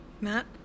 Matt